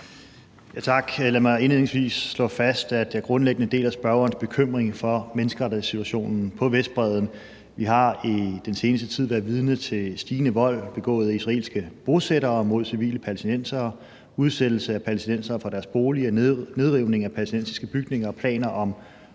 Tak. Lad mig indledningsvis slå fast, at jeg grundlæggende deler spørgerens bekymring for menneskerettighedssituationen på Vestbredden. Vi har i den seneste tid været vidne til stigende vold begået af israelske bosættere mod civile palæstinensere, udsættelse af palæstinensere fra deres boliger, nedrivning af palæstinensiske bygninger og planer om